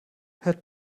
hört